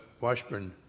Washburn